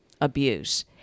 abuse